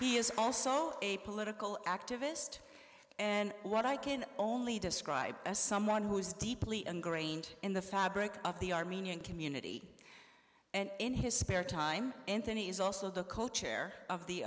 he is also a political activist and what i can only describe as someone who's deeply ingrained in the fabric of the armenian community and in his spare time anthony is also the co chair of the